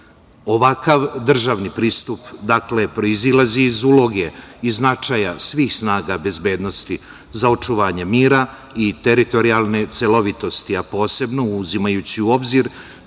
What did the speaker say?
glavom. Ovakav državni pristup, dakle, proizilazi iz uloge i značaja svih snaga bezbednosti za očuvanje mira i teritorijalne celovitosti, a posebno uzimajući u obzir